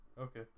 Okay